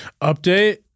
Update